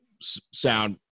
sound